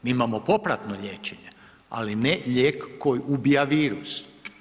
Mi imamo popratno liječenje, ali ne lijek koji ubija virus.